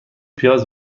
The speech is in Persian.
پیاز